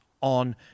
on